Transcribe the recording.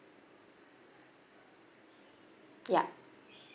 yup